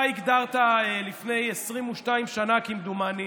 אתה הגדרת את עצמך לפני 22 שנה, כמדומני,